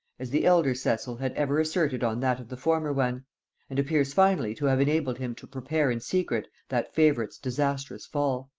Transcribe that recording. as the elder cecil had ever asserted on that of the former one and appears finally to have enabled him to prepare in secret that favorite's disastrous fall.